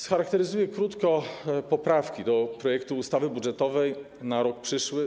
Scharakteryzuję krótko poprawki do projektu ustawy budżetowej na rok przyszły.